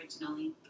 originally